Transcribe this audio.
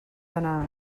anar